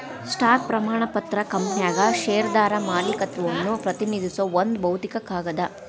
stock ಪ್ರಮಾಣ ಪತ್ರ ಕಂಪನ್ಯಾಗ ಷೇರ್ದಾರ ಮಾಲೇಕತ್ವವನ್ನ ಪ್ರತಿನಿಧಿಸೋ ಒಂದ್ ಭೌತಿಕ ಕಾಗದ